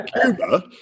Cuba